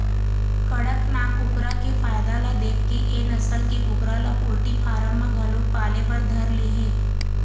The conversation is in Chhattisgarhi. कड़कनाथ कुकरा के फायदा ल देखके ए नसल के कुकरा ल पोल्टी फारम म घलोक पाले बर धर ले हे